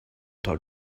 talk